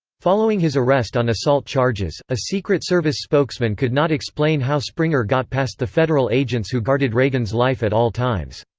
following his arrest on assault charges, a secret service spokesman could not explain how springer got past the federal agents who guarded reagan's life at all times.